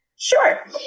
Sure